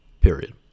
period